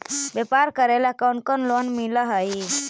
व्यापार करेला कौन कौन लोन मिल हइ?